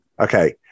Okay